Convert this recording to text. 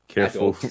Careful